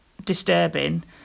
Disturbing